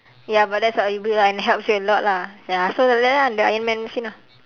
ya but that's what you build lah and helps you a lot lah ya so like that lah the ironman machine ah